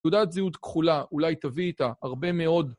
תעודת זהות כחולה אולי תביא איתה הרבה מאוד.